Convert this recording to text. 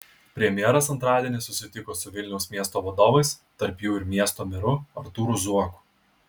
premjeras antradienį susitiko su vilniaus miesto vadovais tarp jų ir miesto meru artūru zuoku